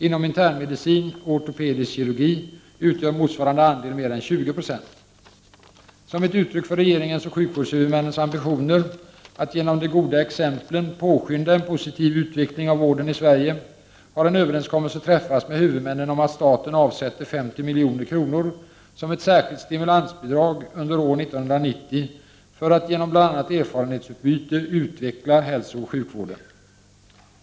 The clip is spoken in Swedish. Inom internmedicin och ortopedisk kirurgi utgör motsvarande andel mer än 20 9. Som ett uttryck för regeringens och sjukvårdshuvudmännens ambitioner att genom de goda exemplen påskynda en positiv utveckling av vården i Sverige, har en överenskommelse träffats med huvudmännen om att staten avsätter 50 milj.kr. som ett särskilt stimulansbidrag under år 1990, för att genom bl.a. erfarenhetsutbyte utveckla hälsooch sjukvården.